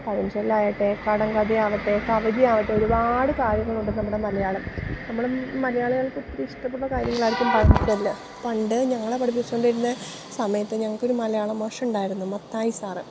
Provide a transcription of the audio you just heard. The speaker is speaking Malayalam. പഴഞ്ചൊല്ലാകട്ടെ കടങ്കഥ ആവട്ടെ കവിത ആവട്ടെ ഒരുപാട് കാര്യങ്ങളുണ്ട് നമ്മുടെ മലയാളം നമ്മൾ മലയാളികൾക്ക് ഇത്തിരി ഇഷ്ടപ്പെട്ട കാര്യങ്ങൾ ആയിരിക്കും പഴഞ്ചൊല്ല് പണ്ട് ഞങ്ങളെ പഠിപ്പിച്ചോണ്ടിരുന്ന സമയത്ത് ഞങ്ങൾക്ക് ഒരു മലയാളം മാഷിണ്ടായിരുന്നു മത്തായി സാറ്